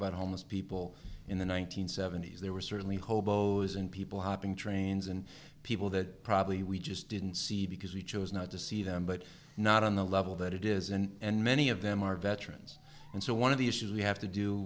about homeless people in the one nine hundred seventy s there were certainly hobos and people hopping trains and people that probably we just didn't see because we chose not to see them but not on the level that it is and many of them are veterans and so one of the issues we have to do